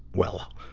well,